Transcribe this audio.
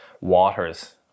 waters